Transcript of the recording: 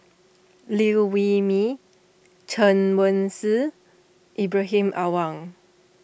Liew Wee Mee Chen Wen Hsi Ibrahim Awang